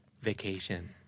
vacation